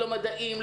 לא מדעים,